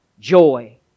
joy